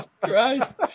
Christ